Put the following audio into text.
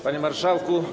Panie Marszałku!